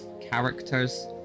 characters